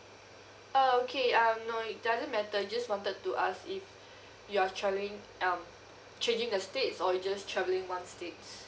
uh okay um no it doesn't matter just wanted to ask if you're travelling um changing the state or you just travelling one states